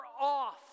off